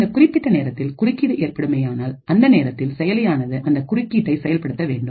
இந்த குறிப்பிட்ட நேரத்தில் குறுக்கீடு ஏற்படுமேயானால் அந்த நேரத்தில் செயலியானது அந்த குறுக்கீட்டை செயல்படுத்த வேண்டும்